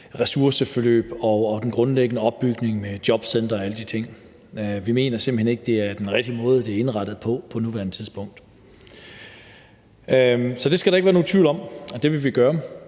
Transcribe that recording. ressourceforløb og den grundlæggende opbygning med jobcenter og alle de ting. Vi mener simpelt hen ikke, det er den rigtige måde, det er indrettet på på nuværende tidspunkt. Så der skal ikke være nogen tvivl om, at det ville vi gøre.